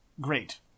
great